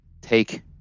take